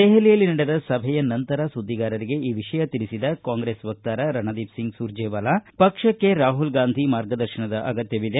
ದೆಹಲಿಯಲ್ಲಿ ನಡೆದ ಸಭೆಯ ನಂತರ ಸುದ್ದಿಗಾರರಿಗೆ ಈ ವಿಷಯ ತಿಳಿಸಿದ ಕಾಂಗ್ರೆಸ್ ವಕ್ತಾರ ರಣದೀಪ್ ಸಿಂಗ್ ಸುರ್ಜೇವಾಲಾ ಪಕ್ಷಕ್ಕೆ ರಾಹುಲ್ ಗಾಂಧಿ ಮಾರ್ಗದರ್ಶನದ ಅಗತ್ಯವಿದೆ